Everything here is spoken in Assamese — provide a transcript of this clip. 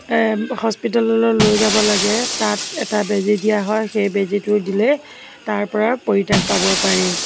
হস্পিটেললৈ লৈ যা লাগে তাত এটা বেজি দিয়া হয় সেই বেজিটো দিলে তাৰ পৰা পৰিত্ৰাণ পাব পাৰি